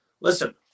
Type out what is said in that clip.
listen